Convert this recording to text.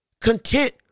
content